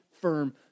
firm